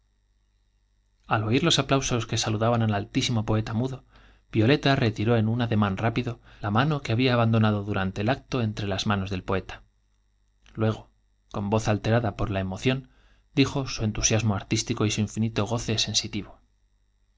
oir los aplausos que saludaban al altísimo poeta mudo violeta retiró en un ademán rápido la mano que había abandonado durante el acto entre las manos del poeta luego con voz alterada por la emoción dijo su entusiasmo artístico y su infinito goce sensi